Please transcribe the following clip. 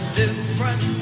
different